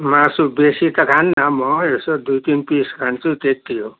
मासु बेसी त खान्न म यसो दुई तिन पिस खान्छु त्यति हो